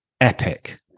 epic